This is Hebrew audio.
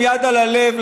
עם יד על הלב,